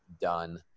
done